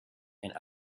and